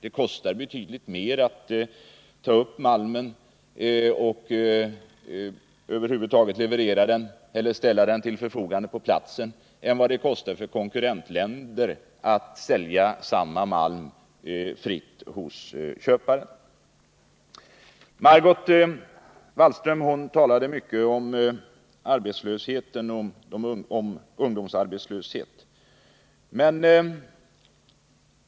Det kostar betydligt mera att ta upp malmen och ställa den till förfogande på platsen än vad det kostar för konkurrentländer att sälja malmen fritt hos köparen. Margot Wallström talade mycket om ungdomsarbetslöshet.